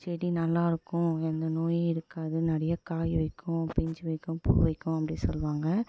செடி நல்லாயிருக்கும் எந்த நோயும் இருக்காது நிறைய காய் வைக்கும் பிஞ்சு வைக்கும் பூ வைக்கும் அப்படின் சொல்லுவாங்க